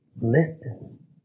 listen